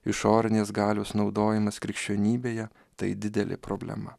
išorinės galios naudojimas krikščionybėje tai didelė problema